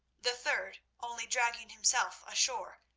the third only dragging himself ashore,